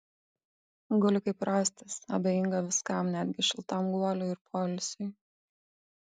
guli kaip rąstas abejinga viskam netgi šiltam guoliui ir poilsiui